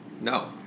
No